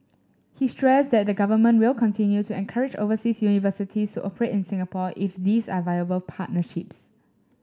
he stressed that the Government will continue to encourage overseas universities to operate in Singapore if these are viable partnerships